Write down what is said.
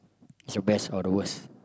is your best or your worst